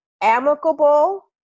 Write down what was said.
Amicable